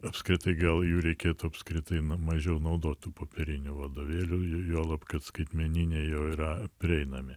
apskritai gal jų reikėtų apskritai nu mažiau naudot tų popierinių vadovėlių juolab kad skaitmeniniai jau yra prieinami